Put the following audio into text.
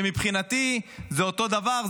שמבחינתי זה אותו הדבר,